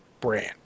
brand